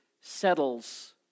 settles